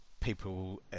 people